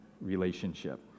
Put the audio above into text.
relationship